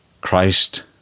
Christ